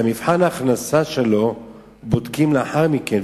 את מבחן ההכנסה שלו בודקים לאחר מכן,